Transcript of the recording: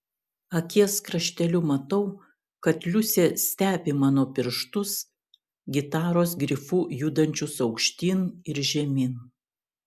akies krašteliu matau kad liusė stebi mano pirštus gitaros grifu judančius aukštyn ir žemyn